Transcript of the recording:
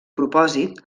propòsit